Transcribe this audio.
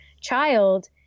child